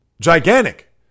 gigantic